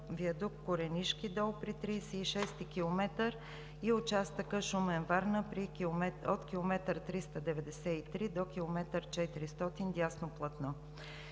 виадукт „Коренишки дол“ при 36-и км и участъкът Шумен – Варна от км 393 до км 400 – дясно платно.